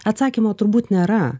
atsakymo turbūt nėra